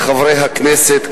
חברי הכנסת,